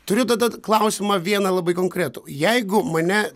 turiu tada klausimą vieną labai konkretų jeigu mane